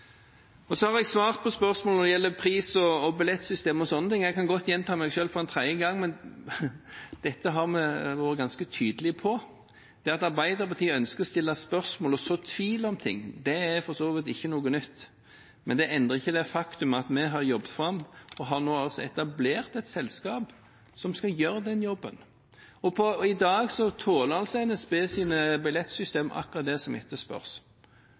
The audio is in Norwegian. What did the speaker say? gjelder. Så har jeg svart på spørsmålet når det gjelder pris- og billettsystemet og slike ting. Jeg kan godt gjenta meg selv en tredje gang, men dette har vi vært ganske tydelige på. Det at Arbeiderpartiet ønsker å stille spørsmål og så tvil om ting, er for så vidt ikke noe nytt, men det endrer ikke det faktum at vi har jobbet fram og nå har etablert et selskap som skal gjøre den jobben. I dag tåler NSBs billettsystem akkurat det som